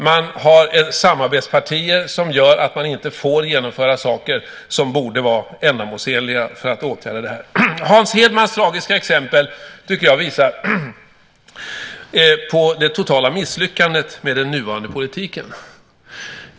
Man har samarbetspartier som gör att man inte får genomföra saker som borde vara ändamålsenliga för att åtgärda detta. Hans Hedmans tragiska exempel tycker jag visar på det totala misslyckandet med den nuvarande politiken.